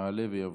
יעלה ויבוא.